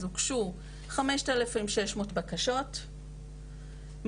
אז הוגשו 5,600 בקשות,